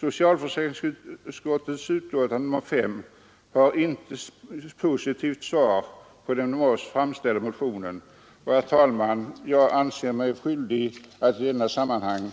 Socialförsäkringsutskottets betänkande nr 5 har inget positivt svar på den av oss framställda motionen, varför jag, herr talman, i detta sammanhang anser mig skyldig att